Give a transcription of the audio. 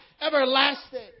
everlasting